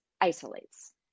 isolates